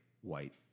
white